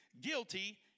guilty